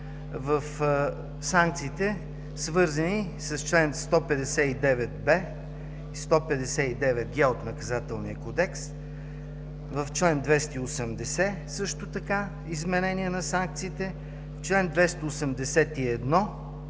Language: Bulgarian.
в санкциите, свързани с чл. 159б, чл. 159г от Наказателния кодекс, в чл. 280 също така изменение на санкциите, в чл. 281